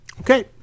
Okay